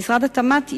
משרד התעשייה,